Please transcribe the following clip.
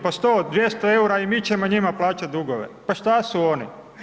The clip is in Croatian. Po 100-200 eura i mi ćemo njima plaćati dugove, pa šta su oni?